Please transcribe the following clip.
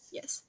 yes